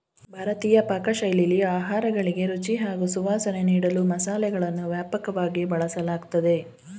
ಭಾರತೀಯ ಪಾಕಶೈಲಿಲಿ ಆಹಾರಗಳಿಗೆ ರುಚಿ ಹಾಗೂ ಸುವಾಸನೆ ನೀಡಲು ಮಸಾಲೆಗಳನ್ನು ವ್ಯಾಪಕವಾಗಿ ಬಳಸಲಾಗ್ತದೆ